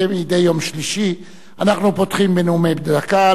כמדי יום שלישי, אנחנו פותחים בנאומים בני דקה.